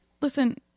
listen